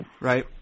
right